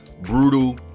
brutal